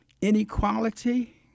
inequality